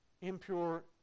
impure